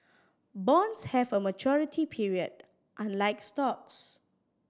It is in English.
bonds have a maturity period unlike stocks